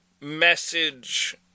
message